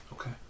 Okay